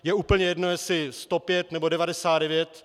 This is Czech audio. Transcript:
Je úplně jedno, jestli 105, nebo 99.